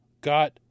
got